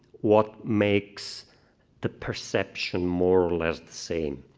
what makes the perception more or less the same